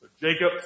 Jacob